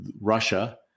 Russia